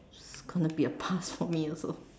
gonna be a pass from me also